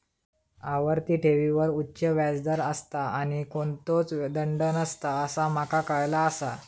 आवर्ती ठेवींवर उच्च व्याज दर असता आणि कोणतोच दंड नसता असा माका काळाला आसा